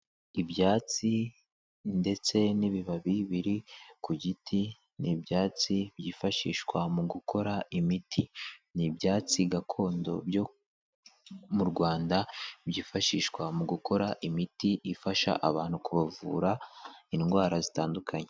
Ibyatsi ndetse n'ibibabi biri ku giti ni ibyatsi byifashishwa mu gukora imiti ni ibyatsi gakondo byo mu Rwanda byifashishwa mu gukora imiti ifasha abantu kubavura indwara zitandukanye.